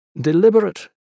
deliberate